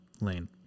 lane